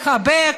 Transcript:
לחבק,